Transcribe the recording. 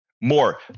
more